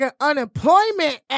unemployment